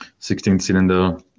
16-cylinder